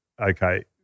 okay